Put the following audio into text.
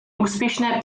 úspěšné